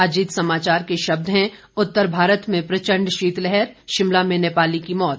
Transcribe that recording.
अजीत समाचार के शब्द हैं उत्तर भारत में प्रचंड शीत लहर शिमला में नेपाली की मौत